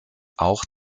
auch